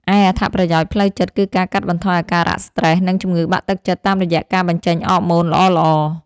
ឯអត្ថប្រយោជន៍ផ្លូវចិត្ត គឺការកាត់បន្ថយអាការៈស្រ្តេស និងជំងឺបាក់ទឹកចិត្តតាមរយៈការបញ្ចេញអ័រម៉ូនល្អៗ។